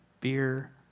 beer